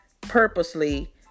purposely